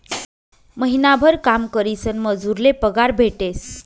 महिनाभर काम करीसन मजूर ले पगार भेटेस